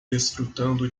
desfrutando